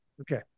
Okay